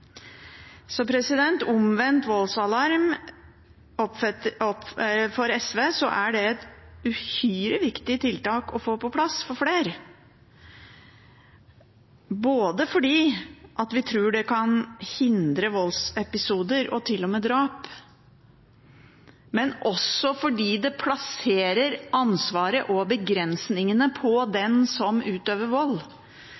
Så omvendt voldsalarm er for SV et uhyre viktig tiltak å få på plass for flere – både fordi vi tror det kan hindre voldsepisoder og til og med drap, og fordi det plasserer ansvaret og begrensningene på